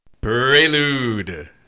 Prelude